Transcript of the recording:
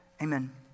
Amen